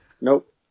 Nope